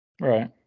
Right